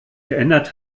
geändert